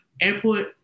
Airport